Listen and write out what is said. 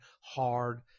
hard